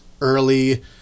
early